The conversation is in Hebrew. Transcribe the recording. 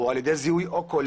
הוא על ידי זיהוי קולי